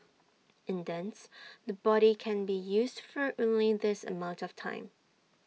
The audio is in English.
in dance the body can be used for only this amount of time